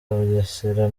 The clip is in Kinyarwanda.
bugesera